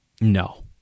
No